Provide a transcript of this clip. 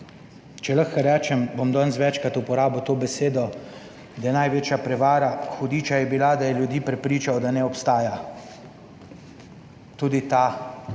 če lahko rečem, bom danes večkrat uporabil to besedo, da je največja prevara hudiča je bila, da je ljudi prepričal, da ne obstaja. Tudi te